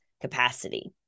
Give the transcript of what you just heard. capacity